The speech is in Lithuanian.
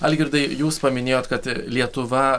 algirdai jūs paminėjot kad lietuva